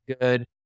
Good